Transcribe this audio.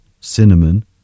cinnamon